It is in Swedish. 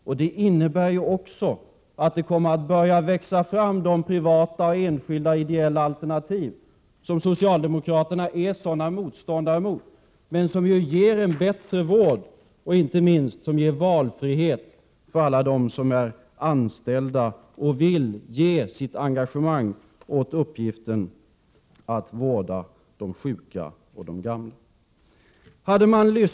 Vårt förslag innebär också att det kommer att börja växa fram de privata, enskilda och ideella alternativ som socialdemokraterna är sådana motståndare mot men som ju ger en bättre vård och som inte minst ger valfrihet för alla dem som är anställda och vill ge sitt engagemang åt uppgiften att vårda de sjuka och de gamla.